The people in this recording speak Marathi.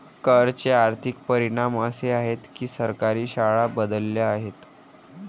कर चे आर्थिक परिणाम असे आहेत की सरकारी शाळा बदलल्या आहेत